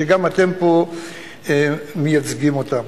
שאתם פה גם מייצגים אותם.